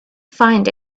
find